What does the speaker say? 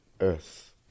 earth